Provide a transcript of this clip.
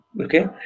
okay